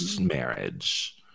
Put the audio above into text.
marriage